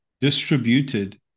distributed